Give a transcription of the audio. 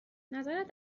نظرت